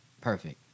Perfect